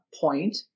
point